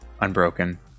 Unbroken